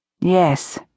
Yes